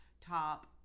top